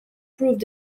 proved